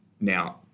Now